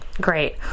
Great